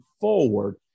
forward